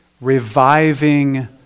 reviving